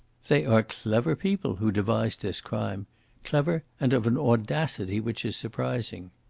they are clever people who devised this crime clever, and of an audacity which is surprising.